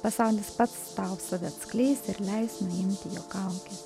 pasaulis pats tau save atskleis ir leis nuimti jo kaukę